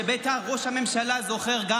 שגם ראש הממשלה בטח זוכר.